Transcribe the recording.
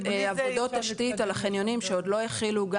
עבודות תשתית על החניונים שעוד לא החלו,